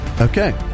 Okay